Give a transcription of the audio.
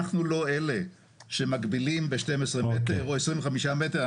אנחנו לא אלה שמגבילים ב-12 מטר או 25 מטר.